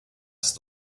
ist